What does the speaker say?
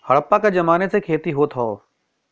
हड़प्पा के जमाने से खेती होत हौ